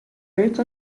rico